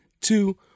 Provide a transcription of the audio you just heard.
two